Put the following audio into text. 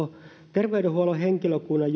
terveydenhuollon henkilökunnan